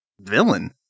villain